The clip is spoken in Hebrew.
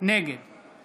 נגד